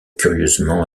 curieusement